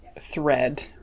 thread